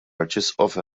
arċisqof